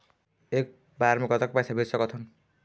एक बार मे कतक पैसा भेज सकत हन?